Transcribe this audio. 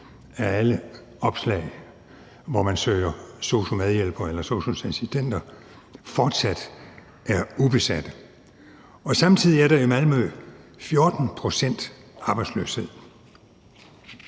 af alle opslag, hvor man søger sosu-medhjælpere eller sosu-assistenter, der fortsat er ubesatte. Samtidig er der i Malmø en arbejdsløshed